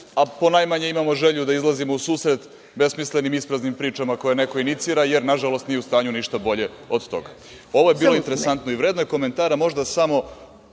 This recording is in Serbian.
a ponajmanje imamo želju da izlazimo u susret besmislenim i ispraznim pričama koje neko inicira, jer nažalost nije u stanju ništa bolje od toga. Ovo je bilo interesantno i vredno je komentara možda samo